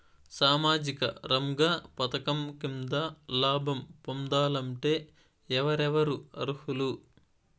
సామాజిక రంగ పథకం కింద లాభం పొందాలంటే ఎవరెవరు అర్హులు?